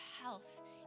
health